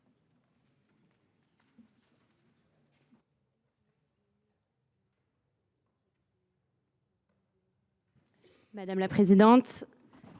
madame la présidente,